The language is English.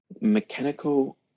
mechanical